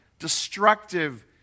destructive